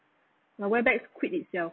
quit itself